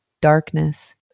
darkness